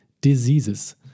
Diseases